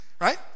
right